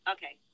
Okay